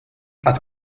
qatt